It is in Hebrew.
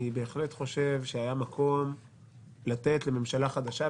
אני בהחלט חושב שהיה מקום לתת לממשלה חדשה.